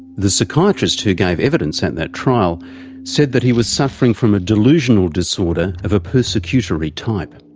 the psychiatrist who gave evidence at that trial said that he was suffering from a delusional disorder of a persecutory type.